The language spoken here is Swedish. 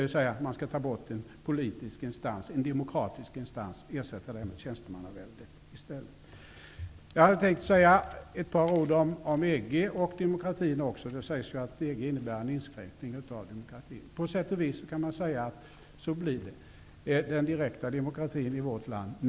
Man skall alltså ta bort en politisk demokratisk instans och ersätta den med tjänstemannavälde. Så ett par ord om EG och demokratin. Det sägs ju att EG innebär en inskränkning av demokratin. På sätt och vis kan man säga att det blir så med den direkta demokratin i vårt land.